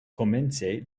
komence